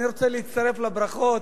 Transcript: אני רוצה להצטרף לברכות,